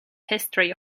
history